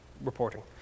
reporting